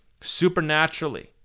supernaturally